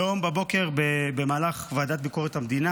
היום בבוקר, במהלך דיון בוועדת ביקורת המדינה,